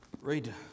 read